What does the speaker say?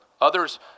Others